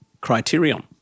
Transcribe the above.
criterion